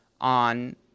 on